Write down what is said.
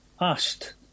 asked